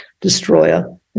destroyer